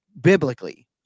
biblically